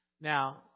Now